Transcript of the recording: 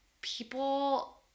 people